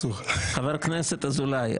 חבר הכנסת אזולאי,